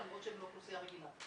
למרות שהם לא אוכלוסייה רגילה.